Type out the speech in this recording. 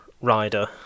rider